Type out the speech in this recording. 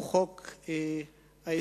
הוא חוק ההסדרים.